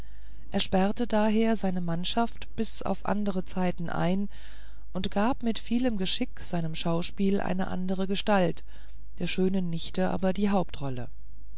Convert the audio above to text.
er sperrte daher seine mannschaft bis auf andere zeiten ein und gab mit vielem geschick seinem schauspiel eine andere gestalt der schönen nichte aber die hauptrolle